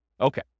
Okay